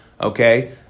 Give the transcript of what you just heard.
okay